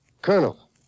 Colonel